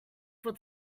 for